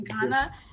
Ghana